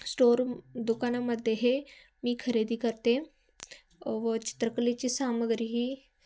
store दुकानामध्ये हे मी खरेदी करते व चित्रकलेची सामग्री ही